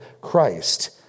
Christ